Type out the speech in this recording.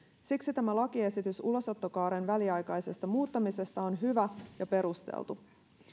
siksi tämä lakiesitys ulosottokaaren väliaikaisesta muuttamisesta on hyvä ja perusteltu